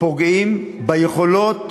פוגעים ביכולות